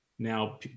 Now